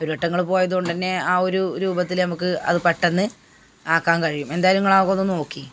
ഒരു വട്ടം നിങ്ങൾ പോയത് കൊണ്ട് തന്നെ ആ ഒരു രൂപത്തിൽ നമ്മൾക്ക് അത് പെട്ടെന്ന് ആക്കാൻ കഴിയും എന്തായാലും നിങ്ങൾ അതൊക്കെ ഒന്ന് നോക്കി